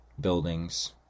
buildings